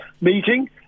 meeting